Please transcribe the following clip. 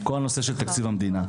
כל הנושא של תקציב המדינה.